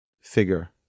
figure